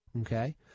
Okay